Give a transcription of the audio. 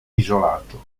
isolato